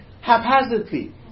haphazardly